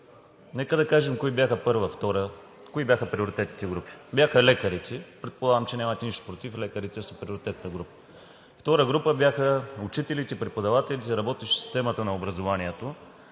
първа, втора, кои бяха приоритетните групи? Бяха лекарите. Предполагам, че нямате нищо против лекарите да са приоритетна група. Втора група бяха учителите, преподавателите и работещите в системата на образованието.